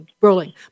rolling